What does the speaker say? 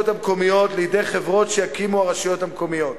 המקומיות לידי חברות שיקימו הרשויות המקומיות.